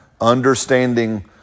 Understanding